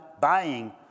buying